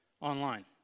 online